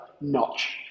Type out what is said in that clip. notch